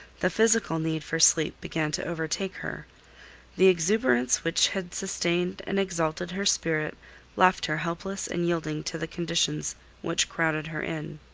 the physical need for sleep began to overtake her the exuberance which had sustained and exalted her spirit left her helpless and yielding to the conditions which crowded her in.